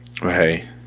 Hey